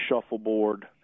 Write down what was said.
shuffleboard